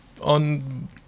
on